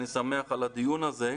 אני שמח על הדיון הזה.